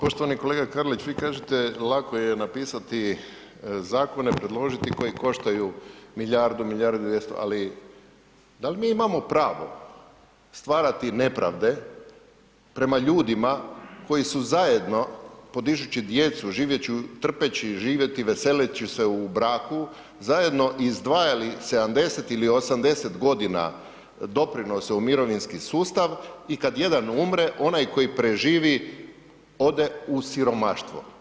Poštovani kolega Karlić, vi kažete lako je napisati zakone, predložiti koji koštaju milijardu, milijardu 200, ali da li mi imamo pravo stvarati nepravde prema ljudima koji su zajedno podižući djecu, trpeći živjeti, veseleći se u braku zajedno izdvajali 70 ili 80 godina doprinose u mirovinski sustav i kad jedan umre onaj koji preživi ode u siromaštvo.